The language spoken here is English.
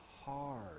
hard